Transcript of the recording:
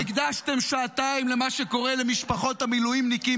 מתי הקדשתם שעתיים למה שקורה למשפחות המילואימניקים?